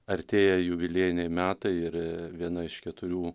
artėja jubiliejiniai metai ir viena iš keturių